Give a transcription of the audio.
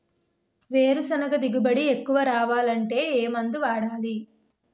వేరుసెనగ దిగుబడి ఎక్కువ రావాలి అంటే ఏ మందు వాడాలి?